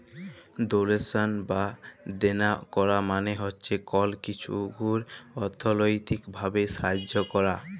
ডোলেশল বা দেলা ক্যরা মালে হছে কল কিছুর অথ্থলৈতিক ভাবে সাহায্য ক্যরা